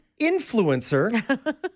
influencer